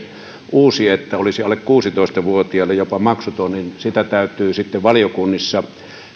uusi asia että olisi alle kuusitoista vuotiaalle jopa maksuton sitä täytyy sitten valiokunnissa